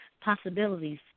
Possibilities